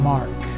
Mark